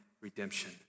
redemption